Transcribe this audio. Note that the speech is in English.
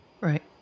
right